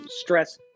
stress